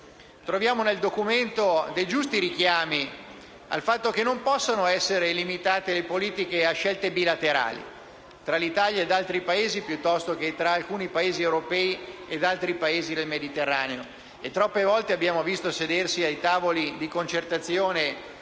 Troviamo nel documento dei giusti richiami al fatto che le politiche non possono essere limitate a scelte bilaterali: tra l'Italia ed altri Paesi piuttosto che tra alcuni Paesi europei ed altri Paesi del Mediterraneo. Troppe volte abbiamo visto sedersi ai tavoli di concertazione